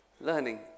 Learning